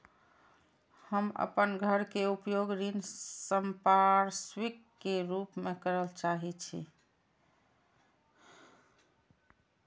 हम अपन घर के उपयोग ऋण संपार्श्विक के रूप में करल चाहि छी